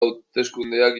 hauteskundeak